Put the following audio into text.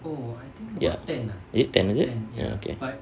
ya is it ten is it oh okay